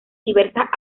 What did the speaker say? diversas